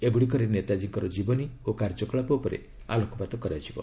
ଏଗୁଡ଼ିକରେ ନେତାଜୀଙ୍କର ଜୀବନୀ ଓ କାର୍ଯ୍ୟକଳାପ ଉପରେ ଆଲୋକପାତ କରାଯିବ